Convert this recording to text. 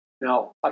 Now